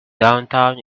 downtown